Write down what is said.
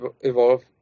evolve